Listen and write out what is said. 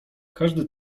każdy